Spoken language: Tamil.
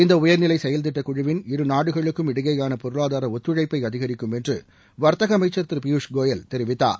இந்த உயர்நிலை செயல்திட்டகுழவின் இருநாடுகளுக்கும் இடையேயான பொருளாதார ஒத்தழைப்பை அதிகரிக்கும் என்று வர்த்தக அமைச்சர் திரு பியூஷ் கோயல் தெரிவித்தார்